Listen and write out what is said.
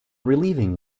relieving